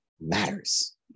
matters